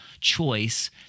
choice